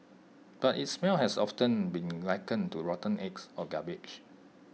but its smell has often been likened to rotten eggs or garbage